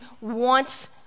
wants